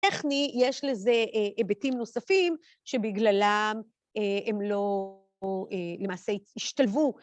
טכני, יש לזה היבטים נוספים שבגללם הם לא למעשה השתלבו.